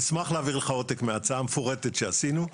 אשמח להעביר לך עותק מההצעה המפורטת שעשינו.